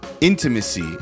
intimacy